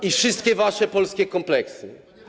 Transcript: I wszystkie wasze polskie kompleksy.